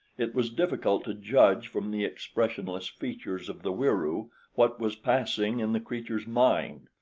it was difficult to judge from the expressionless features of the wieroo what was passing in the creature's mind,